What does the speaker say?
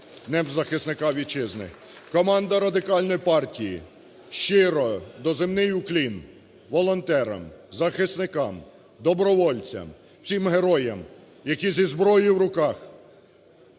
Днем захисника Вітчизни. Команда Радикальної партії щиро, доземний уклін волонтерам, захисникам, добровольцям, всім героям, які зі зброєю в руках